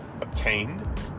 obtained